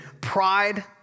pride